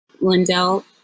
Lindell